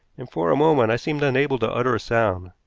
and for a moment i seemed unable to utter a sound.